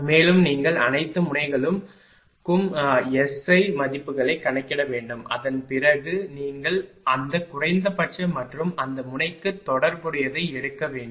மேலும் நீங்கள் அனைத்து முனைகளுக்கும் SI மதிப்புகளை கணக்கிட வேண்டும் அதன் பிறகு நீங்கள் அந்த குறைந்தபட்ச மற்றும் அந்த முனைக்கு தொடர்புடையதை எடுக்க வேண்டும்